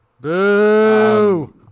Boo